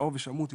אני